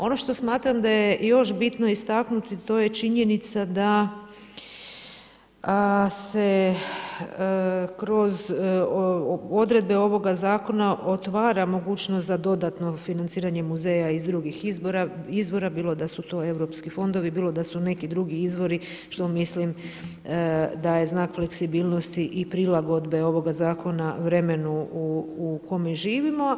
Ono što smatram da je još bitno istaknuti, to je činjenica da se kroz odredbe ovoga zakona otvara mogućnost za dodatno financiranje muzeja iz drugih izvora bilo da su to europski fondovi, bilo da su neki drugi izvori što mislim da je znak fleksibilnosti i prilagodbe ovoga zakona vremenu u kojem živimo.